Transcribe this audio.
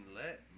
let